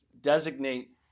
designate